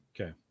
Okay